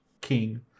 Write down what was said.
king